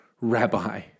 Rabbi